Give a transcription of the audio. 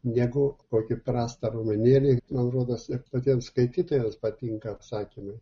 negu kokį prastą romanėlį man rodos ir tokiems skaitytojams patinka apsakymai